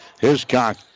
Hiscock